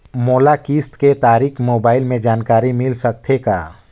मोला किस्त के तारिक मोबाइल मे जानकारी मिल सकथे का?